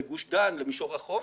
לגוש דן, למישור החוף,